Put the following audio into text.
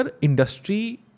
industry